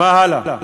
מה הלאה?